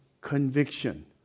conviction